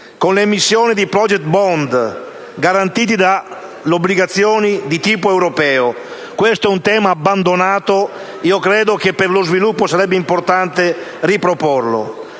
con l'emissione di *project bond* garantiti da obbligazioni di tipo europeo: questo è un tema abbandonato, ma credo che per lo sviluppo sarebbe importante riproporlo.